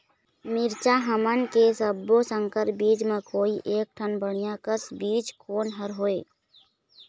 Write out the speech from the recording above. मिरचा हमन के सब्बो संकर बीज म कोई एक ठन बढ़िया कस बीज कोन हर होए?